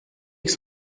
avec